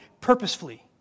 purposefully